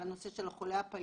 על הנושא של החולה הפליאטיבי,